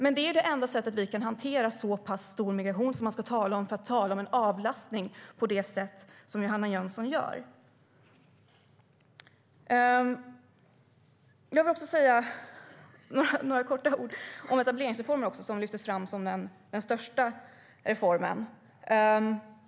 Men det är det enda sättet vi kan hantera så pass stor migration som man måste tala om för att tala om en avlastning på det sätt som Johanna Jönsson gör. Jag vill också kort säga några ord om etableringsreformen, som lyftes fram som den största reformen.